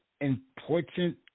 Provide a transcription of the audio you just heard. important